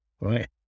right